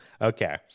Okay